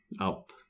up